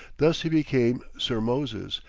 thus he became sir moses,